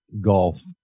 Golf